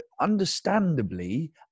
understandably